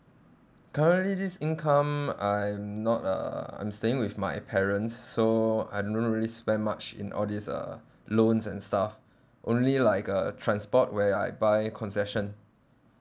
currently this income I'm not lah I'm staying with my parents so I don't really spend much in all these uh loans and stuff only like uh transport where I buy concession